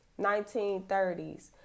1930s